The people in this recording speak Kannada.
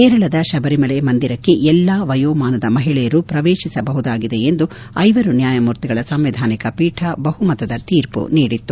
ಕೇರಳದ ಶಬರಿಮಲೆ ಮಂದಿರಕ್ಕೆ ಎಲ್ಲಾ ವಯೋಮಾನದ ಮಹಿಳೆಯರು ಪ್ರವೇತಿಸಬಹುದಾಗಿದೆ ಎಂದು ಐವರು ನ್ಯಾಯಮೂರ್ತಿಗಳ ಸಂವಿಧಾನಿಕ ಪೀಠ ಬಹುಮತದ ತೀರ್ಮ ನೀಡಿತ್ತು